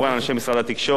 אנשי משרד התקשורת,